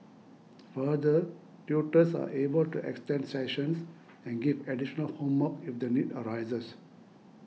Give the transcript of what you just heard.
further tutors are able to extend sessions and give additional homework if the need arises